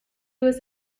was